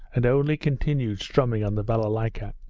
and only continued strumming on the balalayka.